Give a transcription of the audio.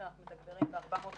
שאנחנו מתגברים ב-400 קווים.